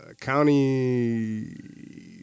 county